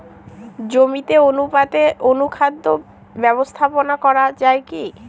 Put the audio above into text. জমিতে অনুপাতে অনুখাদ্য ব্যবস্থাপনা করা য়ায় কি?